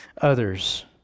others